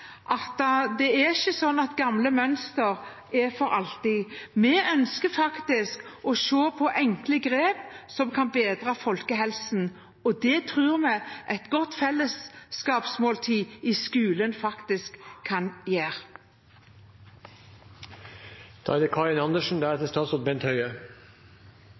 at det ikke er sånn at gamle mønstre er for alltid. Vi ønsker faktisk å se på enkle grep som kan bedre folkehelsen, og det tror vi et godt fellesskapsmåltid i skolen faktisk kan gjøre. Jeg og SV er